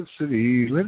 City